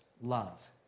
love